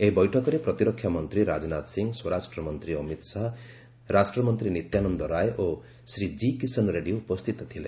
ଏହି ବୈଠକରେ ପ୍ରତିରକ୍ଷା ମନ୍ତ୍ରୀ ରାଜନାଥ ସିଂହ ସ୍ୱରାଷ୍ଟ୍ର ମନ୍ତ୍ରୀ ଅମିତ ଶାହା ରାଷ୍ଟ୍ର ମନ୍ତ୍ରୀ ନିତ୍ୟାନନ୍ଦ ରାୟ ଓ ଶ୍ରୀ ଜି କିଶନ ରେଡ୍ରୀ ଉପସ୍ଥିତ ଥିଲେ